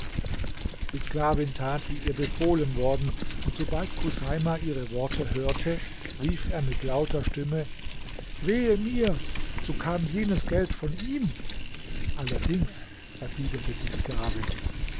die sklavin tat wie ihr befohlen worden und sobald chuseima ihre worte hörte rief er mit lauter stimme wehe mir so kam jenes geld von ihm allerdings erwiderte die sklavin